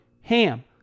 HAM